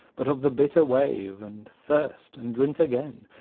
but of the bitter wave, and thirst, and drink again,